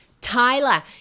Tyler